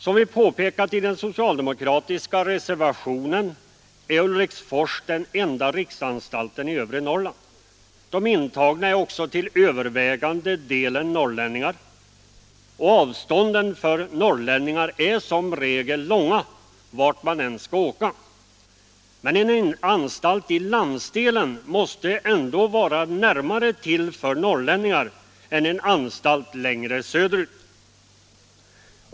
Som vi påpekat i.den socialdemokratiska reservationen är Ulriksfors den enda riksanstalten i övre Norrland. De intagna är också till övervägande delen norrlänningar. Avstånden för norrlänningar är som regel långa, vart man än skall åka. Men en anstalt i landsdelen måste ändå ligga närmare till för norrlänningar än en anstalt längre söderut.